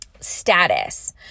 status